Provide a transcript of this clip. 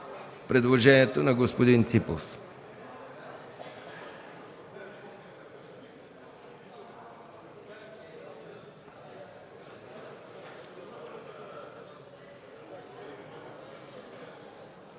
предложението на господин Петков